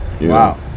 wow